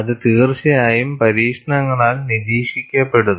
ഇത് തീർച്ചയായും പരീക്ഷണങ്ങളാൽ നിരീക്ഷിക്കപ്പെടുന്നു